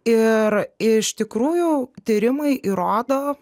ir iš tikrųjų tyrimai įrodo